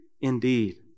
indeed